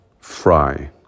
Fry